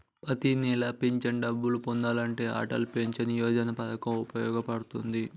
ప్రతి నెలా పెన్షన్ డబ్బులు పొందాలంటే అటల్ పెన్షన్ యోజన పథకం వుపయోగ పడుతుంది